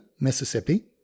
Mississippi